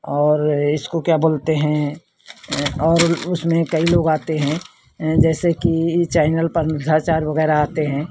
और इसको क्या बोलते हैं और उसमें कई लोग आते हैं जैसे कि ई चैनल पर वगैरह आते हैं